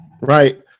Right